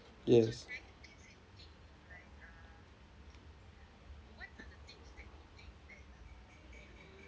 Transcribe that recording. yes